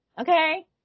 Okay